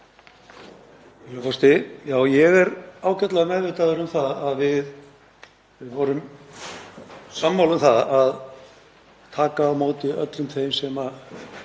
Ég er ágætlega meðvitaður um að við vorum sammála um að taka á móti öllum þeim sem